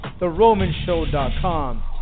theromanshow.com